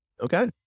Okay